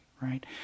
Right